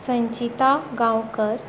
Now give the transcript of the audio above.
संचिता गांवकार